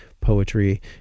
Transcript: poetry